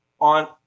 on